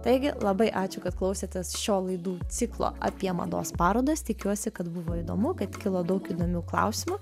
taigi labai ačiū kad klausėtės šio laidų ciklo apie mados parodas tikiuosi kad buvo įdomu kad kilo daug įdomių klausimų